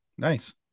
nice